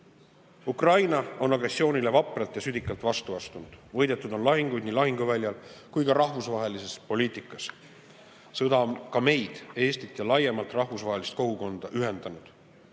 on agressioonile vapralt ja südikalt vastu astunud. Võidetud on lahinguid nii lahinguväljal kui ka rahvusvahelises poliitikas. Sõda on ka meid – Eestit ja laiemalt rahvusvahelist kogukonda – ühendanud.